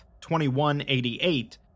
2188